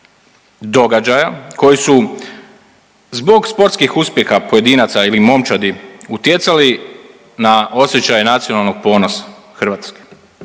događaja koji su zbog sportskih uspjeha pojedinaca ili momčadi utjecali na osjećaje nacionalnog ponosa Hrvatske.